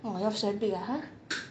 orh yours so big ah !huh!